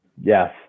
Yes